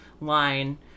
line